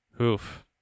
oof